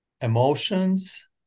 emotions